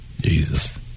Jesus